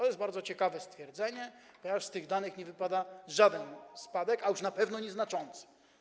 To jest bardzo ciekawe stwierdzenie, ponieważ z tych danych nie wynika żaden spadek, a już na pewno nie znaczący.